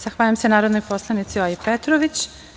Zahvaljujem se narodnoj poslanici Olji Petrović.